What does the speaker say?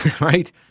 right